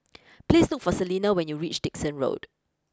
please look for Celena when you reach Dickson Road